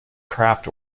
craft